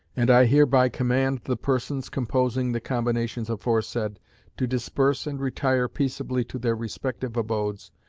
and i hereby command the persons composing the combinations aforesaid to disperse and retire peaceably to their respective abodes,